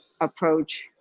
approach